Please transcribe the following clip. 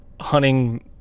hunting